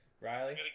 Riley